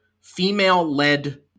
female-led